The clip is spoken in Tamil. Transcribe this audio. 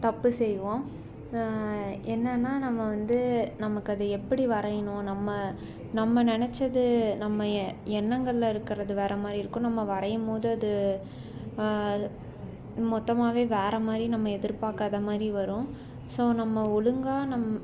தப்பு செய்வோம் என்னென்னா நம்ம வந்து நமக்கு அது எப்படி வரையணும் நம்ம நம்ம நினச்சது நம்ம எ எண்ணங்கள்ல இருக்குறது வேற மாதிரி இருக்கும் நம்ம வரையும்போது அது மொத்தமாகவே வேற மாதிரி நம்ம எதிர் பார்க்காத மாதிரி வரும் ஸோ நம்ம ஒழுங்காக நம்